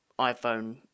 iPhone